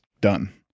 done